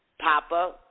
Papa